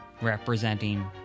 representing